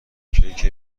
کیک